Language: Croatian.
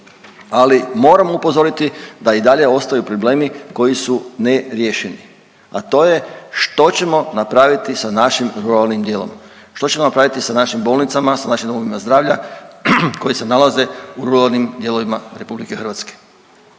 ali moramo upozoriti da i dalje ostaju problemi koji su ne riješeni, a to je što ćemo napraviti sa našim ruralnim dijelom, što ćemo napraviti sa našim bolnicama, sa našim domovima zdravlja koji se nalaze u ruralnim dijelovima RH.